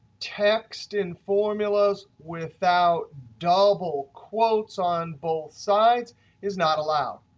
text in formulas without double quotes on both sides is not allowed.